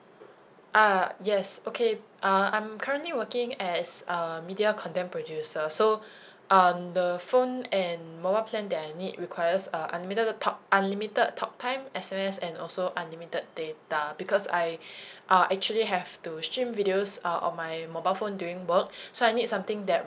uh yes okay uh I'm currently working as a media content producer so um the phone and mobile plan that I need requires a unlimited talk unlimited talk time S_M_S and also unlimited data because I uh actually have to stream videos uh on my mobile phone during work so I need something that